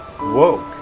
woke